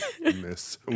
Miss